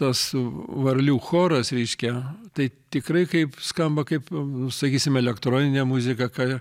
tas varlių choras reiškia tai tikrai kaip skamba kaip nu sakysim elektroninė muzika ką